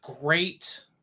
great